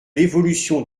l’évolution